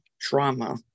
trauma